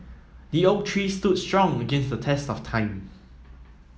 the oak tree stood strong against the test of time